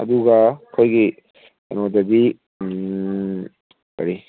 ꯑꯗꯨꯒ ꯑꯩꯈꯣꯏꯒꯤ ꯀꯩꯅꯣꯗꯒꯤ ꯀꯔꯤ